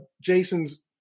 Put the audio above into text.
Jason's